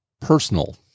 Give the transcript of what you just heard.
personal